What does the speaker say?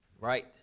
Right